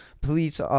police